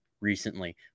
recently